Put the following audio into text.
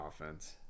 offense